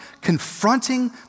confronting